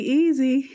easy